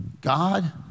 God